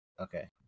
okay